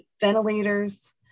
ventilators